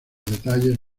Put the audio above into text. detalles